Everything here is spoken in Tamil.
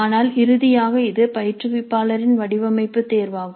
ஆனால் இறுதியாக இது பயிற்றுவிப்பாளரின் வடிவமைப்பு தேர்வாகும்